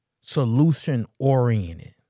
solution-oriented